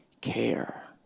care